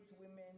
women